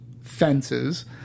Fences